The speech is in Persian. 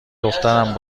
دختر